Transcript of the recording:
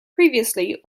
previously